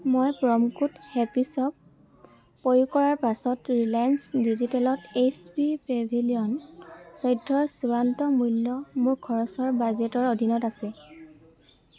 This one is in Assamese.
মই প্ৰম' কোড হেপি শ্ব'প প্ৰয়োগ কৰাৰ পাছত ৰিলায়েন্স ডিজিটেলত এইচ পি পেভিলিয়ন চৈধ্যৰ চূড়ান্ত মূল্য মোৰ খৰচৰ বাজেটৰ অধীনত আছে